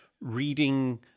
reading